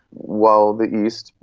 while the east,